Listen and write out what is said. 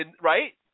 Right